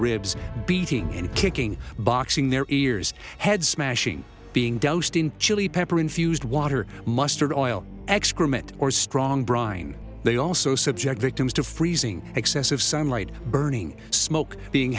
ribs beating and kicking boxing their ears head smashing being doused in chili pepper infused water mustard oil excrement or strong brine they also subject victims to freezing excessive sunlight burning smoke being